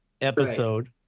episode